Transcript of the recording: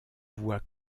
voit